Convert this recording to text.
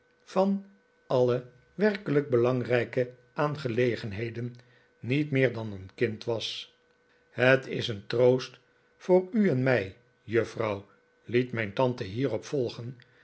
van alle werkelijk belangrijke aangelegenheden niet meer dan een kind was het is een troost voor u en mij juffrouw liet mijn tante hierop volgen